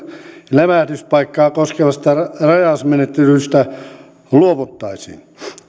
levähdyspaikkaa koskevasta rajausmenettelystä luovuttaisiin